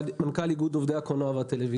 מנכ"ל איגוד עובדי הקולנוע והטלוויזיה.